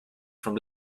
from